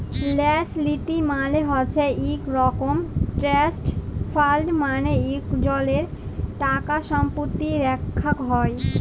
ল্যাস লীতি মালে হছে ইক রকম ট্রাস্ট ফাল্ড মালে ইকজলের টাকাসম্পত্তি রাখ্যা হ্যয়